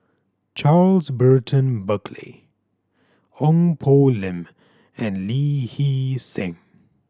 Charles Burton Buckley Ong Poh Lim and Lee Hee Seng